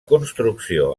construcció